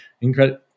incredible